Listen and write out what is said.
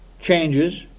changes